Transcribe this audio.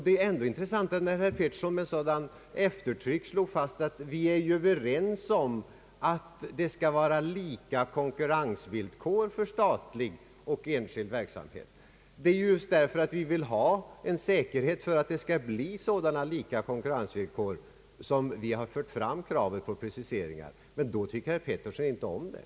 Det är ändå intressantare när herr Bertil Petersson med sådant eftertryck slår fast att vi är överens om att det skall vara samma konkurrensvillkor för statlig som för enskild verksamhet. Just därför att vi vill ha en säkerhet för att konkurrensvillkoren skall bli desamma har vi fört fram kravet på preciseringar. Då tycker herr Bertil Petersson inte om det.